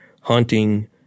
hunting